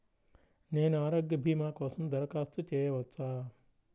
నేను ఆరోగ్య భీమా కోసం దరఖాస్తు చేయవచ్చా?